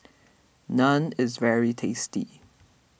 Naan is very tasty